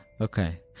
Okay